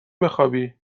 بخوابی